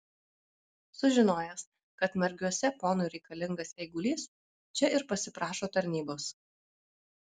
sužinojęs kad margiuose ponui reikalingas eigulys čia ir pasiprašo tarnybos